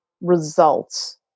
results